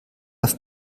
auf